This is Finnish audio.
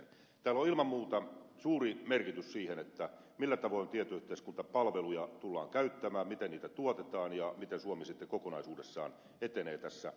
tällä on ilman muuta suuri merkitys siinä millä tavoin tietoyhteiskuntapalveluja tullaan käyttämään miten niitä tuotetaan ja miten suomi sitten kokonaisuudessaan etenee tietoyhteiskuntamaana